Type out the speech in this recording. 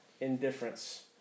indifference